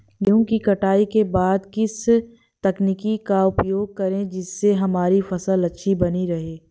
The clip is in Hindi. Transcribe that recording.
गेहूँ की कटाई के बाद किस तकनीक का उपयोग करें जिससे हमारी फसल अच्छी बनी रहे?